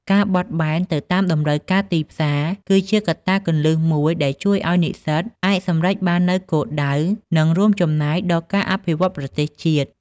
ការបត់បែនទៅតាមតម្រូវការទីផ្សារ គឺជាកត្តាគន្លឹះមួយដែលជួយឱ្យនិស្សិតអាចសម្រេចបាននូវគោលដៅ និងរួមចំណែកដល់ការអភិវឌ្ឍប្រទេសជាតិ។